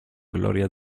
gloria